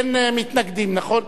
אין מתנגדים, נכון?